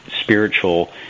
spiritual